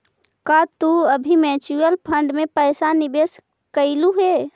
का तू कभी म्यूचुअल फंड में पैसा निवेश कइलू हे